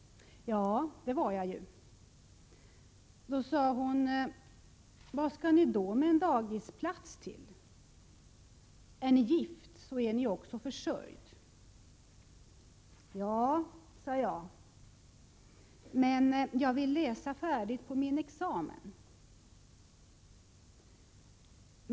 Ja, det var jag ju. ”Vad skall ni då med en dagisplats till — är ni gift är ni ju försörjd”, sade hon. Ja, sade jag, men jag vill läsa färdigt på min examen.